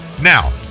Now